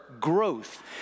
growth